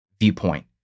viewpoint